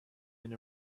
been